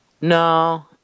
no